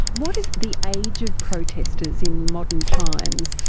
what is the age of protesters in modern times?